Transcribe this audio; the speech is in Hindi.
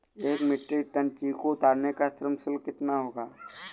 एक मीट्रिक टन चीकू उतारने का श्रम शुल्क कितना होगा?